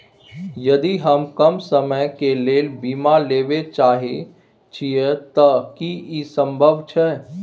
यदि हम कम समय के लेल बीमा लेबे चाहे छिये त की इ संभव छै?